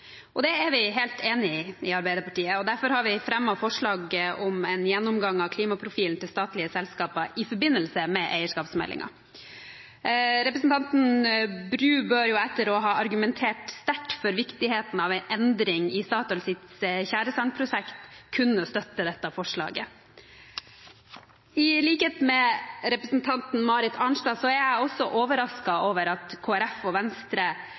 er vi i Arbeiderpartiet helt enig i, og derfor har vi fremmet forslag om en gjennomgang av klimaprofilen til statlige selskaper i forbindelse med eierskapsmeldingen. Representanten Bru bør etter å ha argumentert sterkt for viktigheten av en endring i Statoils tjæresandprosjekt kunne støtte dette forslaget. I likhet med representanten Marit Arnstad er jeg også overrasket over at Kristelig Folkeparti og Venstre,